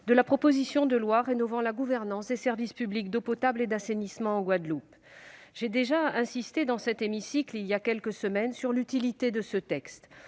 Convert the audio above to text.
de la proposition de loi rénovant la gouvernance des services publics d'eau potable et d'assainissement en Guadeloupe. J'ai déjà insisté dans cet hémicycle, voilà quelques semaines, sur l'utilité de ce texte.